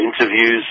interviews